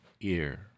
ear